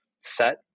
set